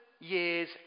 years